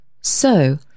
So